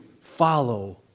follow